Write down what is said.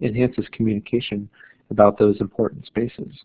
enhances communication about those important spaces.